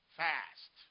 fast